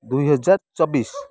ଦୁଇହଜାର ଚବିଶି